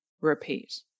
repeat